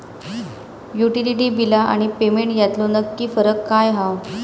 Utility बिला आणि payment यातलो नक्की फरक काय हा?